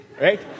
right